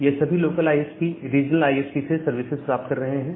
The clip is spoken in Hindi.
यह सभी लोकल आईएसपी रीजनल आईएसपी से सर्विसिस प्राप्त कर रहे हैं